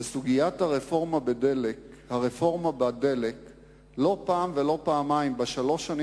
בסוגיית הרפורמה בדלק לא פעם ולא פעמיים בשלוש השנים